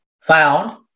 found